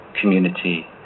community